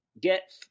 get